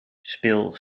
speel